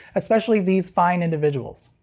especially these fine individuals.